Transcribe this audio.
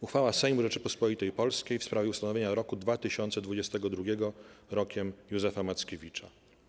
Uchwała Sejmu Rzeczypospolitej Polskiej w sprawie ustanowienia roku 2022 Rokiem Józefa Mackiewicza.